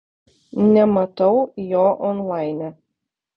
nematau jo onlaine